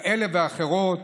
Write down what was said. כאלה ואחרות,